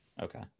okay